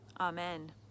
Amen